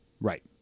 Right